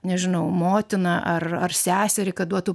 nežinau motiną ar ar seserį kad duotų